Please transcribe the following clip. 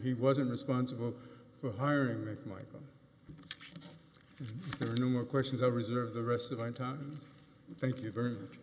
he wasn't responsible for hiring mcmichael or new or questions i reserve the rest of my time thank you very much